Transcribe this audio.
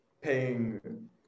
paying